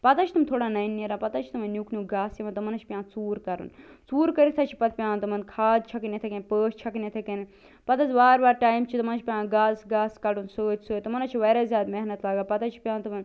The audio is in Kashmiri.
پتہٕ حظ چھِ تِم تھوڑا نَنہِ نیران پتہٕ حظ چھِ تِمن نیٛک نیٛک گاسہٕ یِوان تِمن حظ چھُ پیٚوان ژوٗر کَرُن ژورٕ کٔرِتھ حظ چھِ پتہٕ پیٚوان تِمن کھاد چھَکٕنۍ یِتھٔے کٔنۍ پٲچھۍ چھکٕنۍ یِتھٔے کٔنۍ پتہٕ حظ وارٕ وار ٹایِم چھُ تِمن چھُ پیٚوان گاسہٕ گاسہٕ کَڑُن سۭتۍ سۭتۍ تِمن حظ چھِ وارِیاہ زیادٕ محنت لگان پتہٕ حظ چھِ پیٚوان تِمن